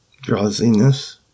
Drowsiness